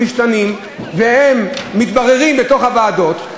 משתנה ומתברר בוועדות,